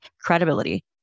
credibility